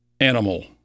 animal